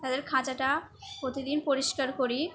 তাদের খাঁচাটা প্রতিদিন পরিষ্কার করি